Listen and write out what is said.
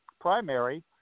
primary